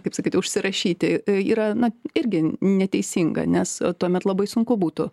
kaip sakyt užsirašyti yra na irgi neteisinga nes tuomet labai sunku būtų